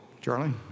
Charlie